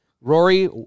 Rory